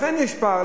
לכן יש פער,